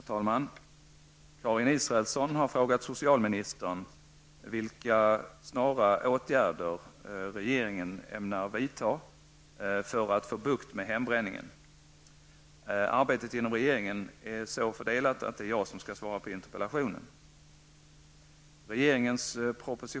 Herr talman! Karin Israelsson har frågat socialministern vilka snara åtgärder regeringen ämnar vidta för att få bukt med hembränningen. Arbetet inom regeringen är så fördelat att det är jag som skall svara på interpellationen.